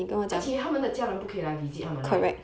而且他们的家人不可以来 visit 他们 right